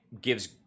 gives